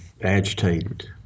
agitated